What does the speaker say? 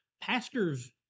Pastors